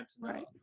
Right